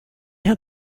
had